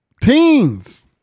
teens